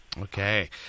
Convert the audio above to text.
Okay